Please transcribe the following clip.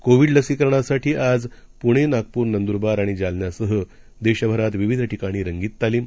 कोविडलसीकरणासाठीआज पुणे नागपूर नंदुरबारआणिजालन्यासह देशभरात विविध ठिकाणी रंगीततालीम